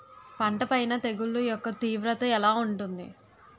పంట పైన తెగుళ్లు యెక్క తీవ్రత ఎలా ఉంటుంది